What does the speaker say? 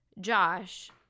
josh